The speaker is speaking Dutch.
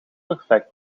perfect